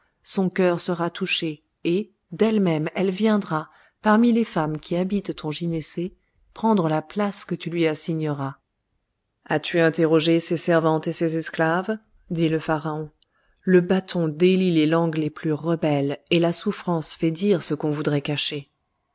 son cœur sera touché et d'elle-même elle viendra parmi les femmes qui habitent ton gynécée prendre la place que tu lui assigneras as-tu interrogé ses servantes et ses esclaves dit le pharaon le bâton délie les langues les plus rebelles et la souffrance fait dire ce qu'on voudrait cacher